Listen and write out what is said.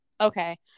Okay